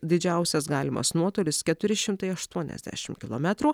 didžiausias galimas nuotolis keturi šimtai aštuoniasdešimt kilometrų